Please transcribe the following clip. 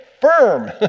firm